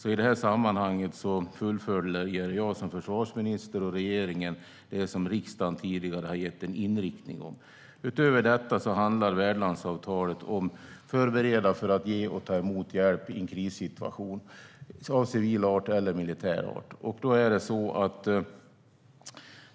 I det här sammanhanget fullföljer regeringen och jag som försvarsminister det som riksdagen tidigare har angett en inriktning för. Utöver detta handlar värdlandsavtalet om att förbereda för att ge och ta emot hjälp i en krissituation av civil eller militär art.